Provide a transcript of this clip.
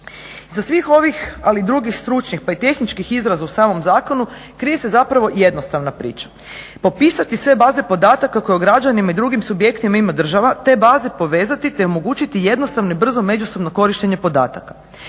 Sa svih ovih ali i drugih stručnih pa i tehničkih izraza u samom zakonu krije se zapravo jednostavna priča. Popisati sve baze podataka koje o građanima i drugim subjektima, te baze povezati te omogućiti jednostavno i brzo međusobno korištenje podataka.